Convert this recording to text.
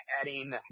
adding